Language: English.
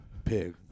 pig